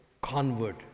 convert